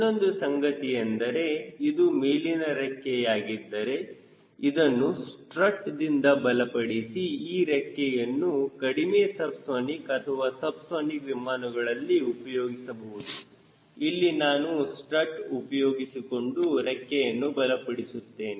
ಇನ್ನೊಂದು ಸಂಗತಿಯೆಂದರೆ ಇದು ಮೇಲಿನ ರೆಕ್ಕೆಯಾಗಿದ್ದರೆ ಇದನ್ನು ಸ್ಟ್ರಟ್ದಿಂದ ಬಲಪಡಿಸಿ ಈ ರೆಕ್ಕೆಯನ್ನು ಕಡಿಮೆ ಸಬ್ಸಾನಿಕ್ ಅಥವಾ ಸಬ್ಸಾನಿಕ್ ವಿಮಾನಗಳಲ್ಲಿ ಉಪಯೋಗಿಸಬಹುದು ಇಲ್ಲಿ ನಾನು ಸ್ಟ್ರಟ್ ಉಪಯೋಗಿಸಿಕೊಂಡು ರೆಕ್ಕೆಯನ್ನು ಬಲಪಡಿಸುತ್ತದೆ